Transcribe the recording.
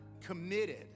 committed